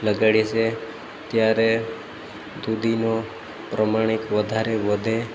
લગાડીએ છે ત્યારે દૂધીનો પ્રમાણિક વધારે વધે